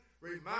remind